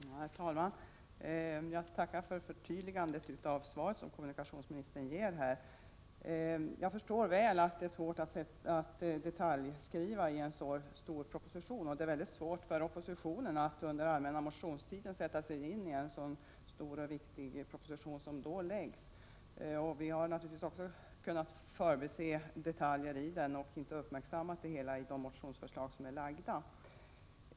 Herr talman! Jag får tacka för förtydligandet som kommunikationsministern här ger. Jag förstår att det är svårt att detaljskriva i en så stor proposition. Det är också svårt för oppositionen att under allmänna motionstiden sätta sig in i en så stor och viktig proposition. Vi kan ha förbisett detaljer och inte uppmärksammat dem i motionsförslagen.